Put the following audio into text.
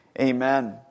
Amen